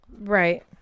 Right